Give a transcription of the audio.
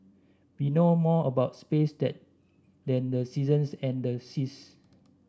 we know more about space that than the seasons and the seas